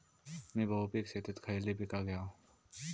मी बहुपिक शेतीत खयली पीका घेव?